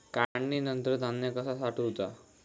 काढणीनंतर धान्य कसा साठवुचा?